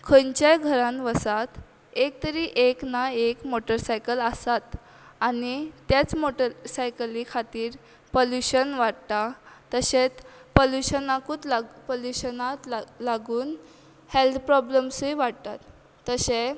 खंयच्याय घरान वसात एक तरी एक ना एक मोटरसायकल आसात आनी तेच मोटरसायकली खातीर पल्युशन वाडटा तशेंच पल्युशनाकूत लाग पल्युशनात लाग लागून हॅल्द प्रॉब्लम्सूय वाडटात तशें